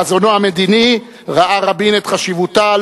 בחזונו המדיני ראה רבין את חשיבותה,